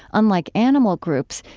unlike animal groups,